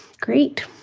great